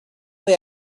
they